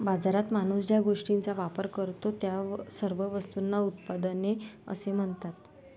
बाजारात माणूस ज्या गोष्टींचा वापर करतो, त्या सर्व वस्तूंना उत्पादने असे म्हणतात